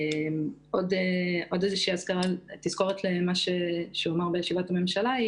עוד תזכורת למה שנאמר בישיבת הממשלה: